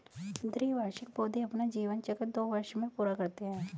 द्विवार्षिक पौधे अपना जीवन चक्र दो वर्ष में पूरा करते है